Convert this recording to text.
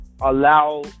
allow